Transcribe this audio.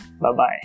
bye-bye